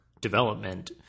development